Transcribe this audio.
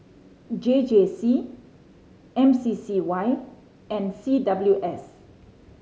J J C M C C Y and C W S